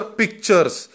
pictures